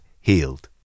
healed